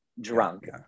drunk